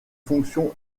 fonctions